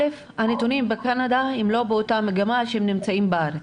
הנתונים בקנדה לא באותה מגמה של הנתונים בארץ.